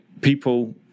people